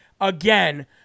again